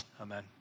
Amen